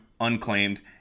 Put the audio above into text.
unclaimed